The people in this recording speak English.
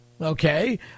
Okay